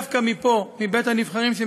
דווקא מפה,